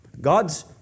God's